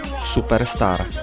Superstar